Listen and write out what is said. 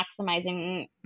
maximizing